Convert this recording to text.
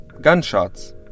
gunshots